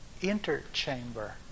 interchamber